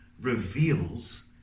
reveals